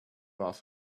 off